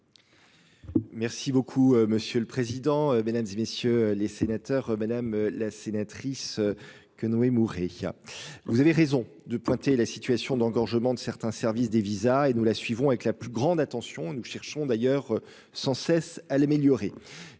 Merci beaucoup monsieur le président, Mesdames, et messieurs les sénateurs, Mesdames. La sénatrice que mourir. Vous avez raison de pointer la situation d'engorgement de certains services des visas et nous la suivons avec la plus grande attention. Nous cherchons d'ailleurs sans cesse à l'améliorer